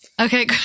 okay